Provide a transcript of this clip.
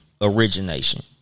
origination